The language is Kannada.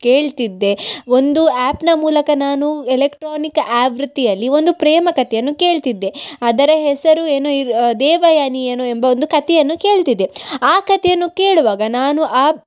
ಕೇಳ್ತಿದ್ದೆ ಒಂದು ಆ್ಯಪ್ನ ಮೂಲಕ ನಾನು ಎಲೆಕ್ಟ್ರಾನಿಕ್ ಆವೃತ್ತಿಯಲ್ಲಿ ಒಂದು ಪ್ರೇಮಕತೆಯನ್ನು ಕೇಳ್ತಿದ್ದೆ ಅದರ ಹೆಸರು ಏನೊ ಇರ್ ದೇವಯಾನಿ ಏನೊ ಎಂಬ ಒಂದು ಕತೆಯನ್ನು ಕೇಳ್ತಿದ್ದೆ ಆ ಕತೆಯನ್ನು ಕೇಳುವಾಗ ನಾನು ಆ